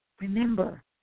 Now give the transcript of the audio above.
Remember